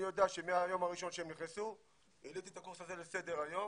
אני יודע שמהיום הראשון שהם נכנסו העליתי את הקורס הזה לסדר היום